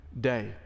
day